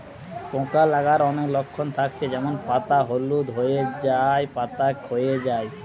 পোকা লাগার অনেক লক্ষণ থাকছে যেমন পাতা হলুদ হয়ে যায়া, পাতা খোয়ে যায়া